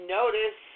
notice